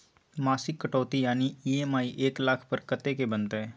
मासिक कटौती यानी ई.एम.आई एक लाख पर कत्ते के बनते?